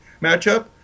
matchup